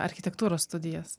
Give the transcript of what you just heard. architektūros studijas